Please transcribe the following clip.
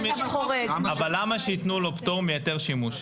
--- אבל למה שייתנו לו פטור מהיתר שימוש,